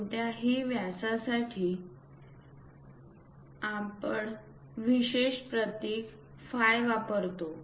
कोणत्याही व्यासासाठी आम्ही विशेष प्रतीक फाय वापरतो